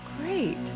Great